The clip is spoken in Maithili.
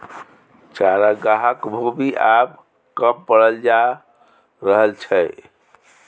चरागाहक भूमि आब कम पड़ल जा रहल छै